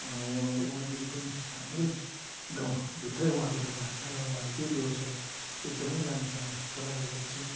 व उहाँ दिदी पनि हाम्रै गाउँ भित्रै उहाँको दोकान छ र उहाँले त्यो व्यवसाय एकदमै राम्रोसँगले चलाइ रहको छिन्